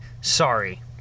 Sorry